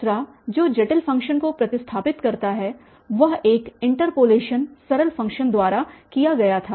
दूसरा जो जटिल फ़ंक्शन्स को प्रतिस्थापित करता है वह एक इंटरपोलेशन सरल फ़ंक्शन द्वारा किया गया था